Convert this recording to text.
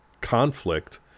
conflict